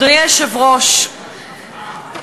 אדוני היושב-ראש,